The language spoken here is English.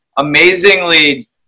amazingly